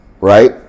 right